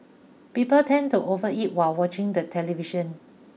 people tend to overeat while watching the television